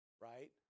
right